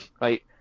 right